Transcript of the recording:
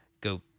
go